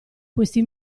questi